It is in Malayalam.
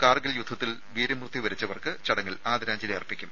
കാർഗിൽ യുദ്ധത്തിൽ വീരമൃത്യു വരിച്ചവർക്ക് ചടങ്ങിൽ ആദരാഞ്ജലി അർപ്പിക്കും